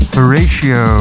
Horatio